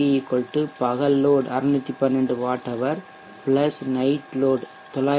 we பகல் load 612 watt hour night load 914